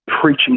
preaching